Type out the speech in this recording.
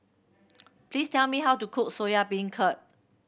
please tell me how to cook Soya Beancurd